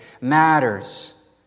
matters